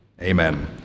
Amen